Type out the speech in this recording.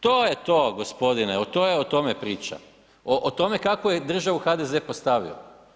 To je to gospodine, to je o tome priča, o tome kako je državu HDZ postavio.